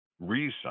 reason